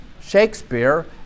shakespeare